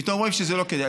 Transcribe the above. פתאום רואים שזה לא כדאי.